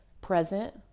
present